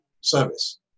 service